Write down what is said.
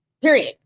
Period